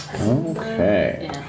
Okay